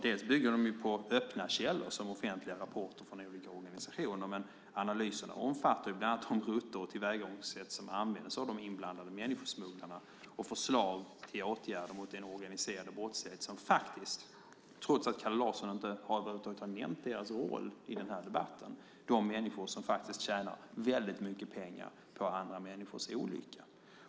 Dessa bygger på öppna källor, som offentliga rapporter från olika organisationer, men analyserna omfattar bland annat de rutter och tillvägagångssätt som används av de inblandade människosmugglarna samt förslag till åtgärder mot den organiserade brottsligheten. Trots att Kalle Larsson i debatten över huvud taget inte har nämnt deras roll tjänar dessa människor väldigt mycket pengar på andra människors olycka.